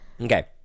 Okay